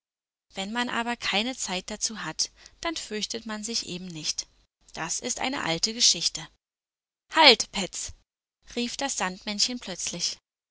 wenn man aber keine zeit dazu hat dann fürchtet man sich eben nicht das ist eine alte geschichte halt petz rief das sandmännchen plötzlich